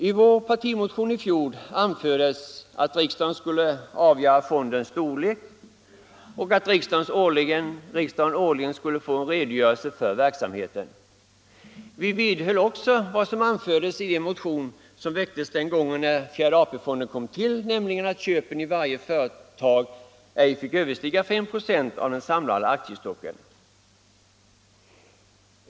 I vår partimotion i fjol anfördes att riksdagen skulle avgöra fondens storlek och att riksdagen årligen skulle få en redogörelse för verksamheten. Vi vidhöll också vad som anfördes i den motion som väcktes den gången när fjärde AP-fonden kom till, nämligen att köpen i varje företag ej fick överstiga 5 96 av den samlade aktiestocken.